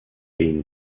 beam